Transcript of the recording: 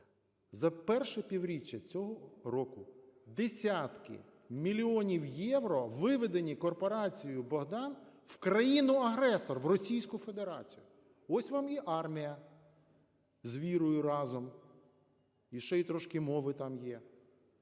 За перше півріччя цього року десятки мільйонів євро виведені корпорацією "Богдан" в країну-агресор – в Російську Федерацію. Ось вам і армія з вірою разом, і ще й трошки мови там є.